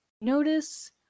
notice